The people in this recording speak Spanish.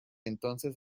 entonces